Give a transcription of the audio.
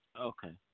Okay